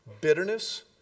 bitterness